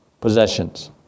possessions